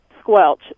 squelch